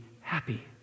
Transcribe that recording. happy